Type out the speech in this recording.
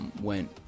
Went